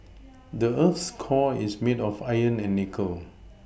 the earth's core is made of iron and nickel